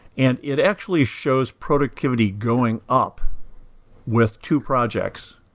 and it actually shows productivity going up with two projects,